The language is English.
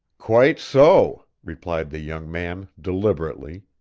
quite so, replied the young man, deliberately,